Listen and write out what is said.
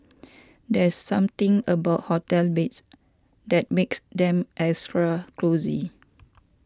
there's something about hotel beds that makes them extra cosy